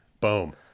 boom